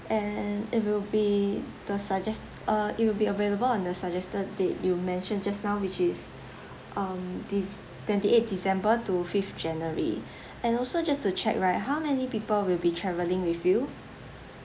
and it will be the sugges~ uh it will be available on the suggested date you mentioned just now which is um dece~ twenty eight december to fifth january and also just to check right how many people will be travelling with you